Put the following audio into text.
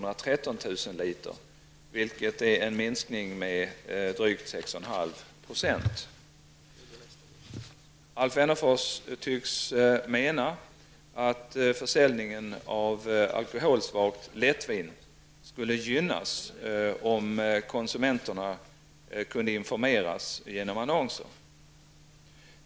Alf Wennerfors tycks mena att försäljningen av alkoholsvagt lättvin skulle gynnas, om konsumenterna kunde informeras genom annonser.